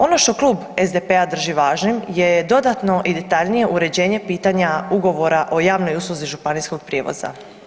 Ono to klub SDP-a drži važnim je dodatno i detaljnije uređenje pitanja ugovora o javnoj usluzi županijskog prijevoza.